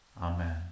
Amen